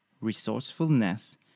resourcefulness